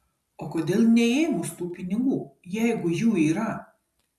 o kodėl neėmus tų pinigų jeigu jų yra